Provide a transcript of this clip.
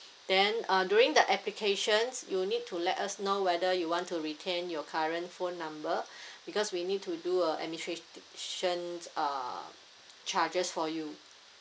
then uh during the applications you need to let us now whether you want to retain your current phone number because we need to do a administration uh charges for you